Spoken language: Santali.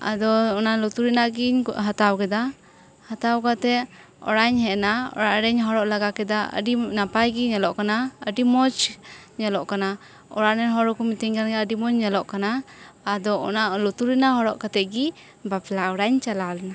ᱟᱫᱚ ᱚᱱᱟ ᱞᱩᱛᱨ ᱨᱮᱭᱟᱜ ᱜᱤᱧ ᱦᱟᱛᱟᱣ ᱠᱮᱫᱟ ᱦᱟᱛᱟᱣ ᱠᱟᱛᱮ ᱚᱲᱟᱜ ᱤᱧ ᱦᱮᱡ ᱮᱱᱟ ᱚᱲᱟᱜ ᱨᱤᱧ ᱦᱚᱨᱚᱜ ᱞᱮᱜᱟ ᱠᱮᱫᱟ ᱟᱹᱰᱤ ᱱᱟᱯᱟᱭ ᱜᱮ ᱧᱮᱞᱚᱜ ᱠᱟᱱᱟ ᱟᱹᱰᱤ ᱢᱚᱸᱡᱽ ᱧᱮᱞᱚᱜ ᱠᱟᱱᱟ ᱚᱲᱟᱜ ᱨᱮᱱ ᱦᱚᱲ ᱦᱚᱠᱚ ᱢᱤᱛᱟᱹᱧ ᱠᱟᱱᱟ ᱟᱹᱰᱤ ᱢᱚᱸᱡᱽ ᱧᱮᱞᱚᱜ ᱠᱟᱱᱟ ᱟᱫᱚ ᱚᱱᱟ ᱞᱩᱛᱩᱨ ᱨᱮᱭᱟᱜ ᱦᱚᱨᱚᱜ ᱠᱟᱛᱮ ᱜᱮ ᱵᱟᱯᱞᱟ ᱚᱲᱟᱜ ᱤᱧ ᱪᱟᱞᱟᱣ ᱞᱮᱱᱟ